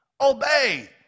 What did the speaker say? Obey